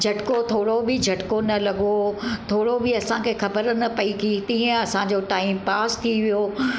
झटको थोरो बि झटको न लॻो थोरो बि असांखे ख़बर न पई की कीअं असांजो टाइम पास थी वियो